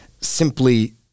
simply